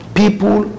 people